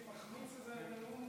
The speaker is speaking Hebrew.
הייתי מחמיץ איזה נאום,